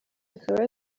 akaba